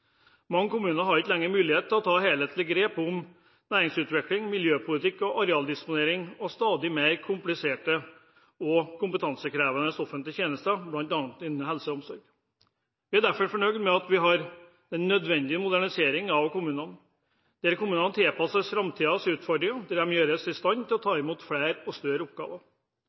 Mange kommuner har ikke lenger mulighet til å ta et helhetlig grep om næringsutvikling, miljøpolitikk, arealdisponering og stadig mer kompliserte og kompetansekrevende offentlige tjenester, bl.a. innen helse og omsorg. Vi er derfor fornøyd med at vi får en nødvendig modernisering av kommunene, der kommunene tilpasses framtidens utfordringer, og der de gjøres i stand til å ta imot flere og større oppgaver.